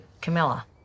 Camilla